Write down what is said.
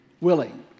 willing